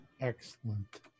Excellent